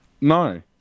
No